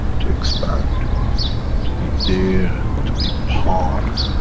to expand to be there to be part,